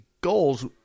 goals